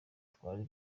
twari